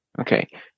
Okay